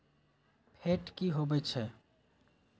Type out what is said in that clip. Fat की होवछै?